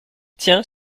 tiens